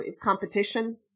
competition